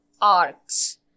arcs